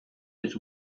his